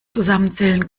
zusammenzählen